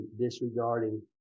disregarding